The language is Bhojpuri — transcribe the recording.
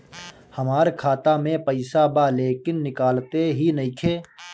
हमार खाता मे पईसा बा लेकिन निकालते ही नईखे?